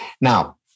Now